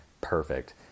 perfect